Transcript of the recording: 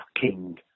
king